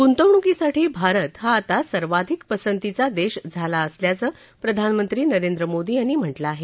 गुंतवणकीसाठी भारत हा आता सर्वाधिक पसंतीचा देश झाला असल्याचं प्रधानमंत्री नरेंद्र मोदी यांनी म्हटलं आहे